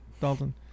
Dalton